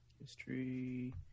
History